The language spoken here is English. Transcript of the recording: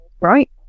right